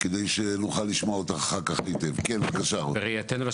גם של המתחדשות, גם של